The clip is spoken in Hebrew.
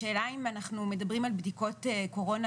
השאלה אם אנחנו מדברים על בדיקות קורונה